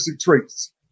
traits